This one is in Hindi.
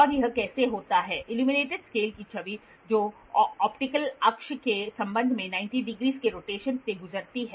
और यह कैसे होता है इल्यूमिनेटेड स्केल की छवि जो ऑप्टिकल अक्ष के संबंध में 90 डिग्री के रोटेशन से गुजरी है